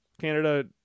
Canada